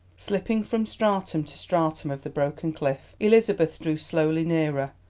slipping from stratum to stratum of the broken cliff, elizabeth drew slowly nearer,